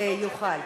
יוכל.